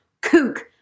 kook